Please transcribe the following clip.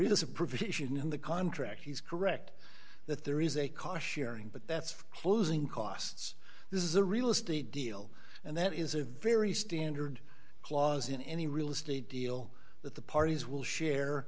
is a provision in the contract he's correct that there is a cautionary but that's closing costs this is a real estate deal and that is a very standard clause in any real estate deal that the parties will share